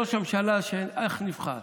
ראש ממשלה שאך נבחר,